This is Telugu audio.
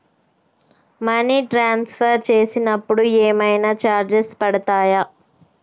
మనీ ట్రాన్స్ఫర్ చేసినప్పుడు ఏమైనా చార్జెస్ పడతయా?